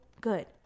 good